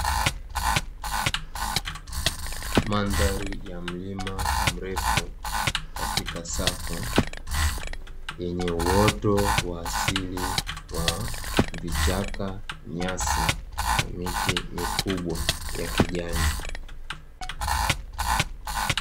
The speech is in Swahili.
Mandhari ya mlima mrefu katika safu yenye uoto wa asili wa vichaka, nyasi na miti mikubwa ya kijani.